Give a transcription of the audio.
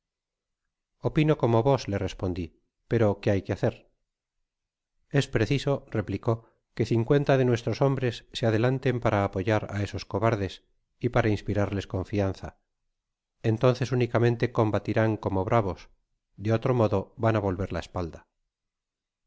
opino como vos le respondi pero qué hay que hacer i i i i es preciso replicó que cincuenta de nuestros hombres se adelanten para apoyar á esos cobardes y para inspirarles confianza entonces únicamente combatirán como bravos de otro modo van á volver lá espalda